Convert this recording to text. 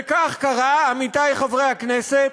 וכך קרה, עמיתי חברי הכנסת,